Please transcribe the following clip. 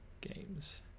games